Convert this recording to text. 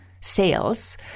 sales